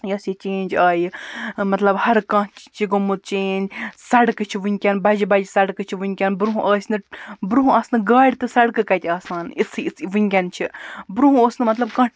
یۄس یہِ چینٛج آیہِ مطلب ہَر کانٛہہ چھُ گوٚمُت چینٛج سڑکہٕ چھِ وٕنکٮ۪ن بَجہٕ بَجہٕ سڑکہٕ چھِ وٕنکٮ۪ن برٛونٛہہ ٲسۍ نہٕ برٛونٛہہ آسنہٕ گاڑِ تہٕ سڑکہٕ کَتہِ آسان اِژھٕ اِژھٕ وٕنکٮ۪ن چھِ برٛونٛہہ اوس نہٕ مطلب کانٛہہ